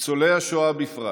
ניצולי השואה בפרט